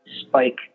spike